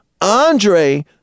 Andre